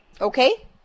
okay